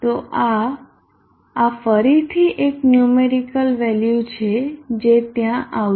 તો આ આ ફરીથી એક ન્યુમેરીકલ વેલ્યુ છે જે ત્યાં આવશે